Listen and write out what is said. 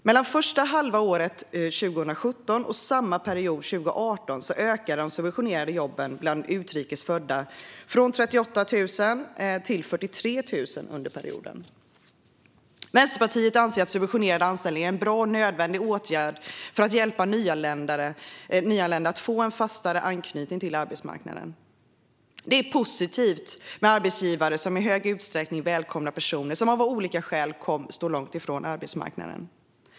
Mellan första halvåret 2017 och samma period 2018 ökade de subventionerade jobben bland utrikes födda från ca 38 000 till 43 000 under perioden. Vänsterpartiet anser att subventionerade anställningar är en bra och nödvändig åtgärd för att hjälpa nyanlända att få en fastare anknytning till arbetsmarknaden. Det är positivt med arbetsgivare som i hög utsträckning välkomnar personer som av olika skäl står långt ifrån arbetsmarknaden.